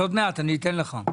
אז עוד מעט אני אתן לך.